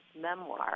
memoir